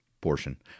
portion